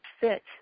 fit